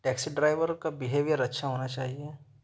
taxi driver کا behaviour اچھا ہونا چاہیے